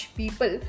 people